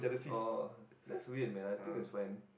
oh that's weird man I think is rain